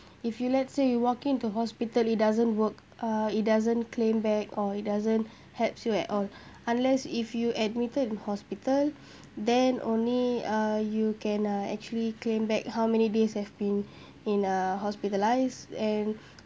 if you let's say you walk in to hospital it doesn't work uh it doesn't claim back or it doesn't helps you at all unless if you admitted in hospital then only uh you can uh actually claim back how many days have been in uh hospitalized and